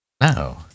No